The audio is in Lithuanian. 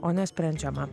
o ne sprendžiama